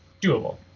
doable